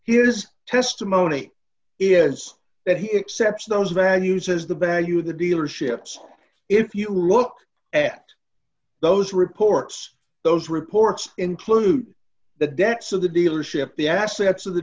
here is testimony is that he except those values is the bad you the dealerships if you look at those reports those reports include the debts of the dealership the assets of the